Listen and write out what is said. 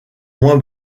moins